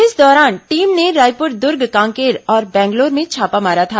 इस दौरान टीम ने रायपुर दुर्ग कांकेर और बैंगलोर में छापा मारा था